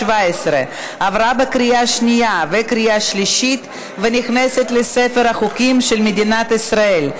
עברה בקריאה שנייה וקריאה שלישית ונכנסת לספר החוקים של מדינת ישראל.